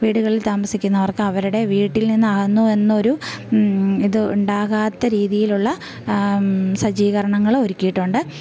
വീടുകളിൽ താമസിക്കുന്നവർക്ക് അവരുടെ വീട്ടിൽ നിന്ന് അകന്ന് വന്നൊരു ഇത് ഉണ്ടാകാത്ത രീതിയിലുള്ള സജ്ജീകരണങ്ങൾ ഒരുക്കിയിട്ടുണ്ട്